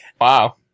wow